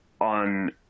on